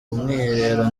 umwiherero